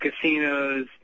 casinos